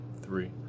Three